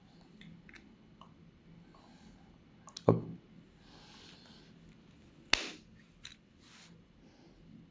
oh